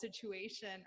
situation